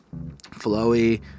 flowy